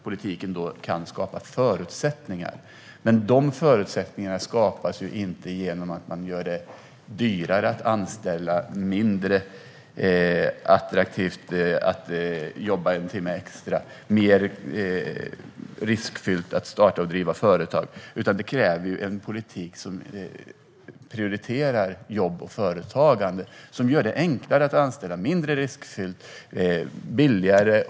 Politiken kan skapa förutsättningar, men de förutsättningarna skapas inte genom att man gör det dyrare att anställa, mindre attraktivt att jobba en timme extra och mer riskfyllt att starta och driva företag. Det kräver en politik som prioriterar jobb och företagande, som gör det enklare att anställa, mindre riskfyllt och billigare.